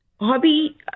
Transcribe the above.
hobby